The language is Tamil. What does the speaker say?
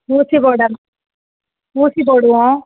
ஊசி போட ஊசி போடுவோம்